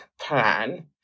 plan